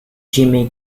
jimmy